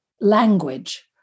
language